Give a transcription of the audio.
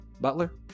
Butler